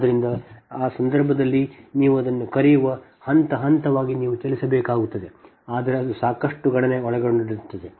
ಆದ್ದರಿಂದ ಆ ಸಂದರ್ಭದಲ್ಲಿ ನೀವು ಅದನ್ನು ಕರೆಯುವ ಹಂತ ಹಂತವಾಗಿ ನೀವು ಚಲಿಸಬೇಕಾಗುತ್ತದೆ ಆದರೆ ಸಾಕಷ್ಟು ಗಣನೆಯು ಒಳಗೊಂಡಿರುತ್ತದೆ